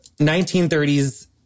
1930s